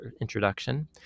introduction